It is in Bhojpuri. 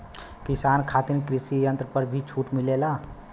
किसान खातिर कृषि यंत्र पर भी छूट मिलेला?